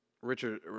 Richard